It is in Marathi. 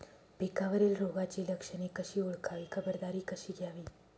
पिकावरील रोगाची लक्षणे कशी ओळखावी, खबरदारी कशी घ्यावी?